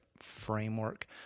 framework